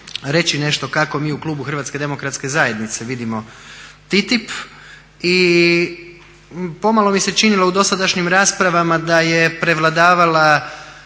reći nešto kako mi u klubu HDZ-a vidimo TTIP i pomalo mi se činilo u dosadašnjim raspravama da je prevladavala